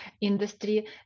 industry